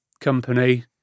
company